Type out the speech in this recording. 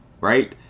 right